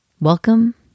Welcome